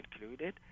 included